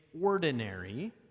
Ordinary